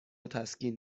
تسکین